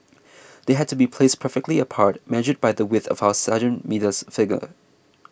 they had to be placed perfectly apart measured by the width of our sergeants middle's finger